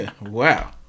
wow